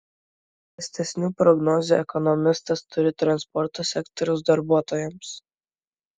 prastesnių prognozių ekonomistas turi transporto sektoriaus darbuotojams